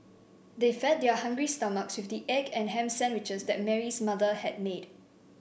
they fed their hungry stomachs with the egg and ham sandwiches that Mary's mother had made